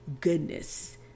goodness